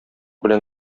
белән